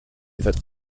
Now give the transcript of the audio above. that